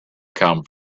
come